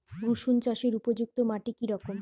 রুসুন চাষের উপযুক্ত মাটি কি রকম?